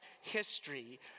history